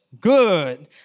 good